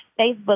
Facebook